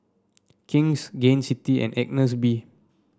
King's Gain City and Agnes B